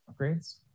upgrades